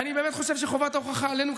ואני באמת חושב שחובת ההוכחה עלינו,